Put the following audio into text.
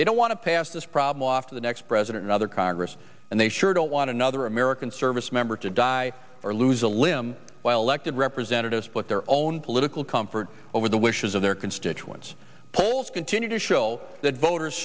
they don't want to pass this problem to the next president rather congress and they sure don't want another american service member to die or lose a limb while elected representatives but their own political comfort over the wishes of their constituents polls continue to show that voters